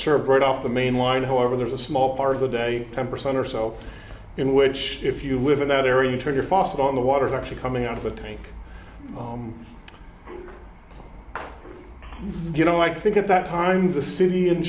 served right off the main line however there's a small part of the day ten percent or so in which if you live in that area you turn your fos on the water is actually coming out of a tank you know i think at that time the city and